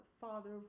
father